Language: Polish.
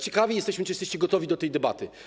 Ciekawi jesteśmy, czy jesteście gotowi do tej debaty.